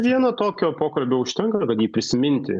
vieno tokio pokalbio užtenka kad jį prisiminti nu